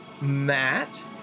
Matt